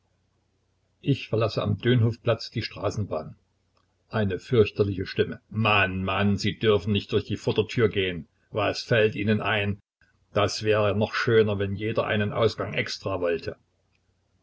ich verlasse am dönhoffplatz die straßenbahn eine fürchterliche stimme mann mann sie dürfen nicht durch die vordertür gehen was fällt ihnen ein das wäre noch schöner wenn jeder einen ausgang extra wollte